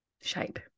shape